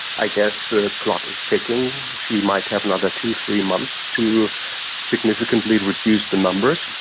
i guess the clock is ticking. she might have another two, three months to significantly reduce the numbers,